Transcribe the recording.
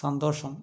സന്തോഷം